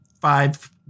five